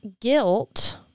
guilt